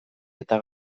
eta